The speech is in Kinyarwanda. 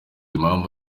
impamvu